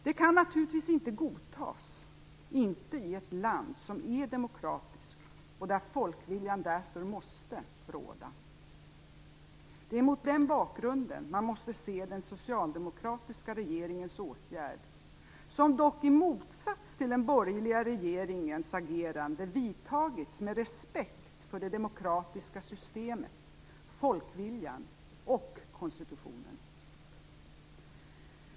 Det kan naturligtvis inte godtas, inte i ett land som är demokratiskt och där folkviljan därför måste råda. Det är mot den bakgrunden man måste se den socialdemokratiska regeringens åtgärd som dock i motsats till den borgerliga regeringens agerande vidtagits med respekt för det demokratiska systemet, folkviljan och konstitutionen.